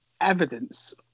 evidence